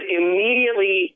immediately